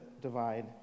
divide